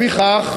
לפיכך